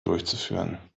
durchzuführen